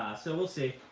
so we'll see.